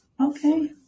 okay